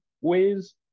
ways